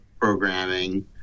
programming